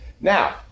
Now